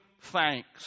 thanks